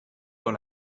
dans